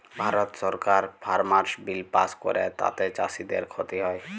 ভারত সরকার farmers bill pass ক্যরে তাতে চাষীদের খ্তি হ্যয়